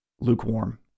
Lukewarm